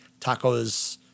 tacos